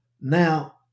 Now